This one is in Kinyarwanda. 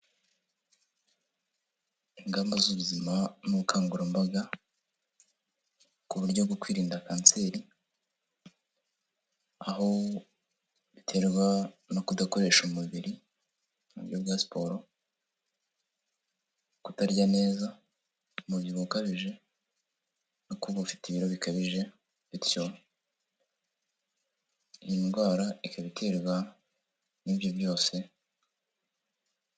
Ingamba z'ubuzima n'ubukangurambaga kuburyo bwo kwirinda kanseri aho biterwa no kudakoresha umubiri muburyo bwa siporo, kutarya neza, umubyibuho ukabije, no kuba ubufite ibiro bikabije bityo iyi indwara ikaba iterwa n'ibyo byose.